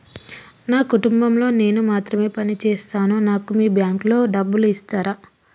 నా కుటుంబం లో నేను మాత్రమే పని చేస్తాను నాకు మీ బ్యాంకు లో డబ్బులు ఇస్తరా?